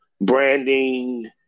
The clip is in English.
branding